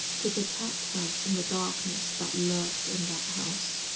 to protect her from the darkness that lurked in that house.